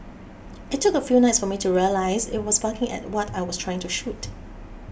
it took a few nights for me to realise it was barking at what I was trying to shoot